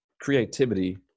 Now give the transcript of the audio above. creativity